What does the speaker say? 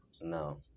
No